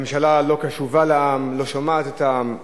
הממשלה לא קשובה לעם, לא שומעת את העם.